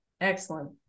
Excellent